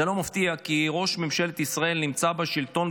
זה לא מפתיע כי ראש ממשלת ישראל נמצא בשלטון,